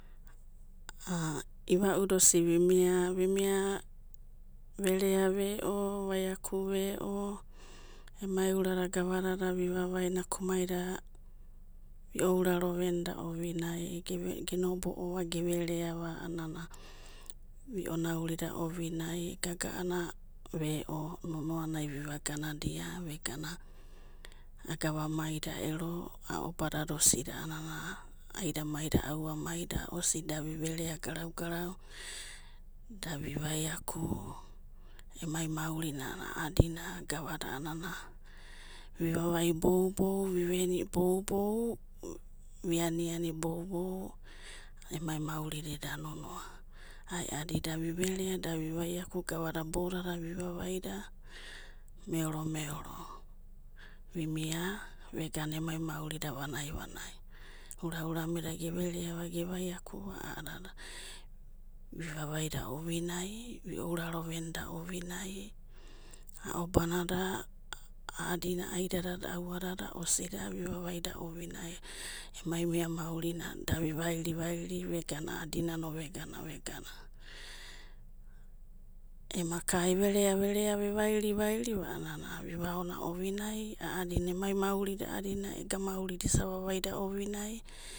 Iva'uda osida vimia, vimia vereave'o vaiaku veo, emai urada gavadada vinavai, nakumaida, vi'ouraro venda ovinai, geno'obo'ova gevereava a'anana, vi onaurida ovinai, gaga'ana ve'o, nonoanai viva gavadia, vi gana, agovamai da ero ao'badada osida a'anana aidanaida, aua'maida, osida vi verea garau'garau da vi'vaiaku, emai maurina, ai a'adina. Gavada a'anana ai a'adina, vi'vavai boubou vi'veni boubou, vi'ani'ani boubou, emai maurida eda nonoai. Aeadi da viverea da vi'vaiakau gavada boudada vi vavaida meoro'meoro. Vimai vegana emai maurida vanai'vanai. Ura'ura meda ge'vereava ge'vaiakuva a'adada vi'vavaida ovinai, vi auraro venda ovinai aobanada, a'adina aidanada auanada osida vivavaida ovinai, emai mia mauri da vi vairi'vairi veganano a'adina vegana, vegana, emaka e'verea verea e'vairi vairi a'anana vi'vaona ovinai a'adina emai maurida a'adina ega maurida isa'vavai ovinai.